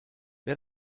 wer